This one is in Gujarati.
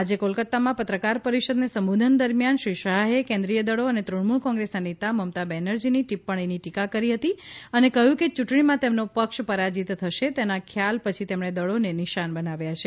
આજે કોલકાતામાં પત્રકાર પરિષદને સંબોધન દરમિયાન શ્રી શાહે કેન્દ્રીય દળો અંગે તૃણમૂલ કોંગ્રેસના નેતા મમતા બેનર્જીની ટિપ્પણીની ટીકા કરી હતી અને કહ્યું કે યૂંટણીમાં તેમનો પક્ષ પરાજિત થશે તેના ખ્યાલ પછી તેમણે દળોને નિશાન બનાવ્યા છે